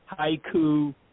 Haiku